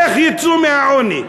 איך יצאו מהעוני?